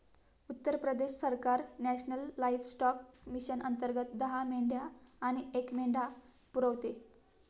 उत्तर प्रदेश सरकार national livestock mission अंतर्गत दहा मेंढ्या आणि एक मेंढा पुरवते